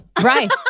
Right